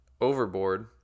overboard